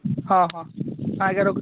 ହଁ ହଁ ଆଜ୍ଞା ରଖୁଛି